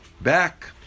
back